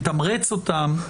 לתמרץ אותם,